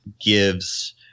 gives